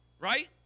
Right